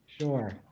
sure